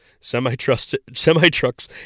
Semi-trucks